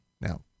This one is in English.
now